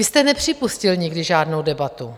Vy jste nepřipustil nikdy žádnou debatu.